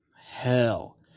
hell